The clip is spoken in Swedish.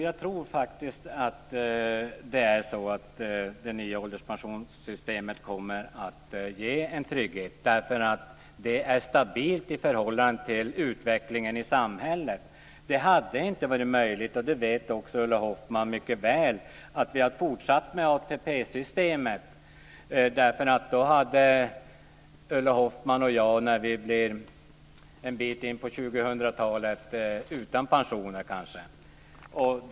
Fru talman! Jag tror att det nya ålderspensionssystemet faktiskt kommer att ge en trygghet därför att det är stabilt i förhållande till utvecklingen i samhället. Det hade inte varit möjligt, och det vet Ulla Hoffmann mycket väl, att fortsätta med ATP systemet. Då skulle Ulla Hoffmann och jag en bit in på 2000-talet kanske ha blivit utan pension.